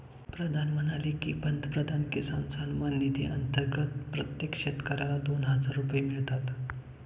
प्रधान म्हणाले की, पंतप्रधान किसान सन्मान निधी अंतर्गत प्रत्येक शेतकऱ्याला दोन हजार रुपये मिळतात